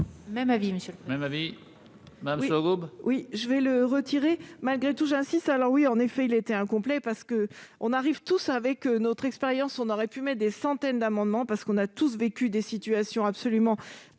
Même avis, monsieur le président.